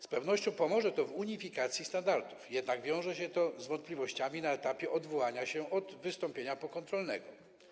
Z pewnością pomoże to w unifikacji standardów, jednak wiąże się z wątpliwościami na etapie odwoływania się od wystąpienia pokontrolnego.